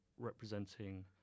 representing